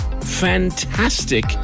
fantastic